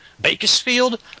Bakersfield